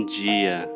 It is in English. dia